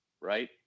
right